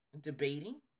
debating